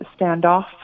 standoff